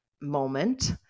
moment